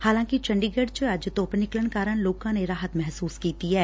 ਹਾਲਾਕਿ ਚੰਡੀਗੜ੍ ਚ ਅੱਜ ਧੁੱਪ ਨਿਕਲਣ ਕਾਰਨ ਲੋਕਾਂ ਨੇ ਰਾਹਤ ਮਹਿਸੁਸ ਕੀਤੀ ਐ